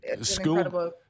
school